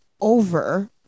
over